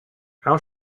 how